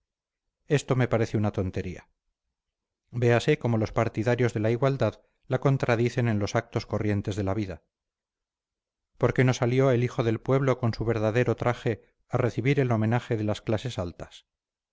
esto me parece una tontería véase cómo los partidarios de la igualdad la contradicen en los actos corrientes de la vida por qué no salió el hijo del pueblo con su verdadero traje a recibir el homenaje de las clases altas